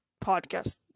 podcast